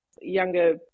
younger